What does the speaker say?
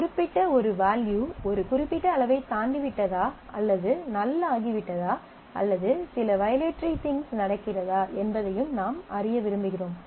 குறிப்பிட்ட ஒரு வேல்யூ ஒரு குறிப்பிட்ட அளவைத் தாண்டிவிட்டதா அல்லது நல் ஆகிவிட்டதா அல்லது சில வயலேட்டரி திங்ஸ் நடக்கிறதா என்பதையும் நாம் அறிய விரும்புகிறோம்